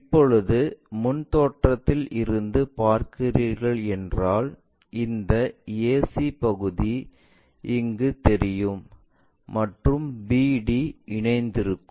இப்போது முன் தோற்றத்தில் இருந்து பார்க்கிறீர்கள் என்றால் இந்த ac பகுதி இங்கு தெரியும் மற்றும் bd இணைந்திருக்கும்